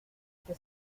que